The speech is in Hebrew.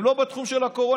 הן לא בתחום של הקורונה,